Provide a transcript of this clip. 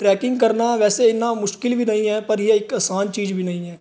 trekking ਕਰਨਾ ਵੈਸੇ ਇੰਨਾ ਮੁਸ਼ਕਲ ਵੀ ਨਹੀਂ ਹੈ ਪਰ ਇਹ ਇੱਕ ਆਸਾਨ ਚੀਜ਼ ਵੀ ਨਹੀਂ ਹੈ